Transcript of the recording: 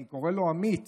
אני קורא לו אמיץ,